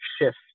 shift